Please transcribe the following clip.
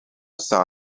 saw